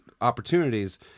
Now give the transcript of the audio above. opportunities